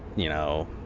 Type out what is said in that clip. you know,